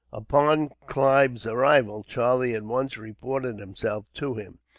upon clive's arrival, charlie at once reported himself to him.